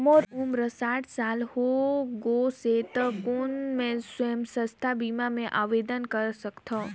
मोर उम्र साठ साल हो गे से त कौन मैं स्वास्थ बीमा बर आवेदन कर सकथव?